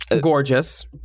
Gorgeous